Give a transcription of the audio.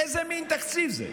איזה מין תקציב זה?